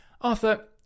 Arthur